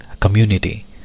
community